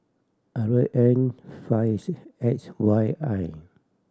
R N fives X Y I